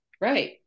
Right